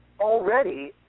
already